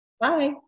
Bye